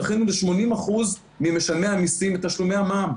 דחינו ל-80% ממשלמי המיסים את תשלומי המע"מ.